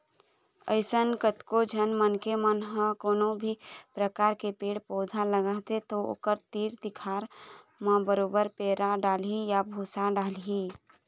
अइसने कतको झन मनखे मन ह कोनो भी परकार के पेड़ पउधा लगाथे त ओखर तीर तिखार म बरोबर पैरा डालही या भूसा डालही